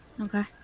Okay